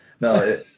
No